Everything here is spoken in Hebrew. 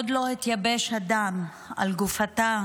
התייבש הדם על גופתה